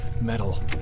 metal